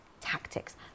tactics